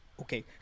okay